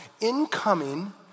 incoming